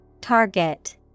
Target